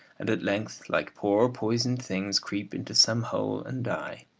and at length, like poor poisoned things, creep into some hole and die.